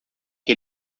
que